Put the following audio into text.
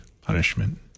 punishment